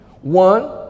One